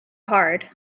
hard